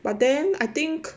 but then I think